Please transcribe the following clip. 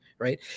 right